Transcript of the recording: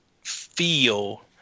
feel